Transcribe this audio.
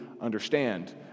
understand